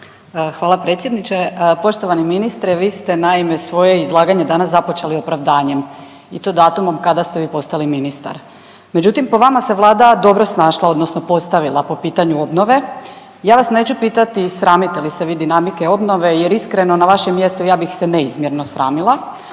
Hvala predsjedniče. Poštovani ministre, vi ste naime svoje izlaganje danas započeli opravdanjem i to datumom kada ste vi postali ministar, međutim po vama se Vlada dobro snašla odnosno postavila po pitanju obnove. Ja vas neću pitati sramite li se vi dinamike obnove jer iskreno na vašem mjestu ja bih se neizmjerno sramila,